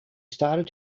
started